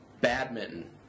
Badminton